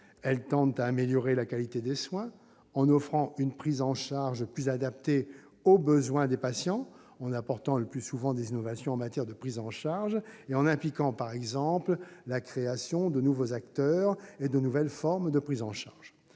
elles tendent à améliorer la qualité des soins en offrant une prise en charge plus adaptée aux besoins des patients, en apportant le plus souvent des innovations en matière de prise en charge, en impliquant par exemple la création de nouveaux actes ou de nouvelles formes de prise en charge.